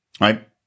right